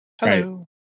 Hello